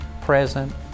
present